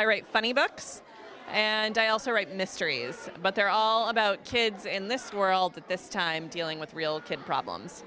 i write funny books and i also write mysteries but they're all about kids in this world that this time dealing with real kid problems